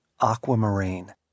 aquamarine